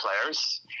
players